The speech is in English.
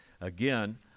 Again